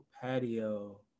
patio